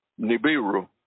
Nibiru